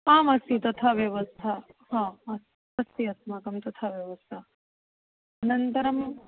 आमस्ति तथा व्यवस्था हा अस्ति अस्ति अस्माकं तथा व्यवस्था अनन्तरं